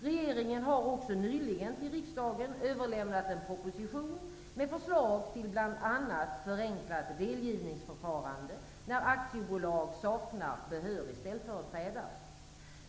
Regeringen har också nyligen till riksdagen överlämnat en proposition med förslag till bl.a.